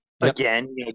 again